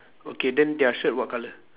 okay then their shirt what colour